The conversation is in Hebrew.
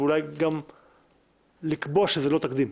ואולי גם לקבוע שזה לא תקדים.